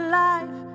life